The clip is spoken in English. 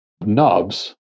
nubs